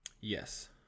Yes